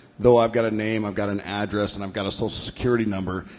though i've got a name, i've got an address, and i've got a social security number,